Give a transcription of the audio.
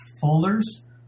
folders